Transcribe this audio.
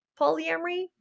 polyamory